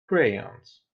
crayons